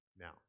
now